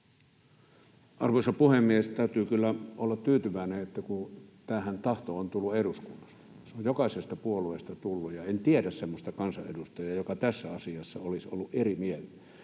Arvoisa puhemies! Täytyy kyllä olla tyytyväinen, kun tämä tahtohan on tullut eduskunnasta — se on jokaisesta puolueesta tullut, enkä tiedä semmoista kansanedustajaa, joka tässä asiassa olisi ollut eri mieltä.